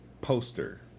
poster